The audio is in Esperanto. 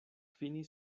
fini